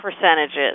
percentages